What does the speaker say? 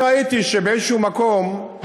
אני ראיתי שבאיזה מקום,